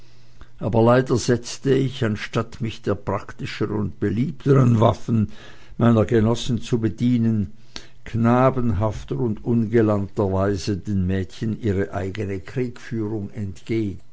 aber leider setzte ich anstatt mich der praktischeren und beliebteren waffen meiner genossen zu bedienen knabenhafter und ungalanterweise den mädchen ihre eigene kriegführung entgegen